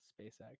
SpaceX